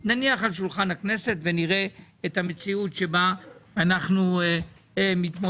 נניח על שולחן הכנסת ונראה את המציאות שאיתה אנחנו מתמודדים.